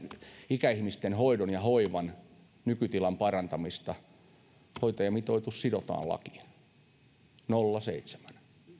ikäihmisten hoidon ja hoivan nykytilan parantamista hoitajamitoitus sidotaan lakiin nolla pilkku seitsemään